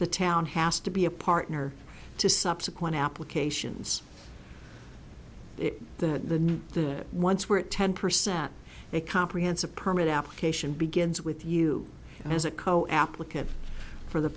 the town has to be a partner to subsequent applications the the once we're at ten percent a comprehensive permit application begins with you as a co applicant for the